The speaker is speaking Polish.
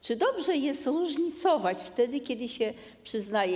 Czy dobrze jest różnicować wtedy, kiedy się to przyznaje?